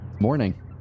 morning